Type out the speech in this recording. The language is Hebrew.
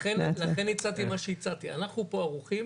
לכן, הצעתי מה שהצעתי, אנחנו פה ערוכים